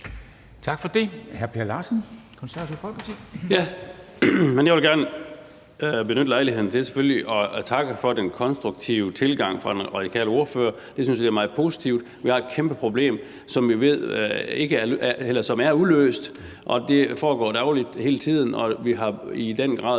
Tak for det.